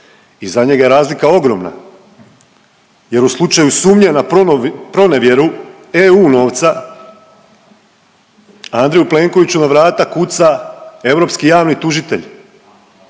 i za njega je razlika ogromna jer u slučaju sumnje na pronevjeru EU novca Andreju Plenkoviću na vrata kuca europski javni tužitelj